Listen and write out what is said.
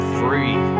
free